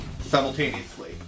Simultaneously